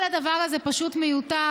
כל הדבר הזה פשוט מיותר,